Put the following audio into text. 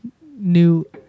new